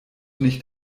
nicht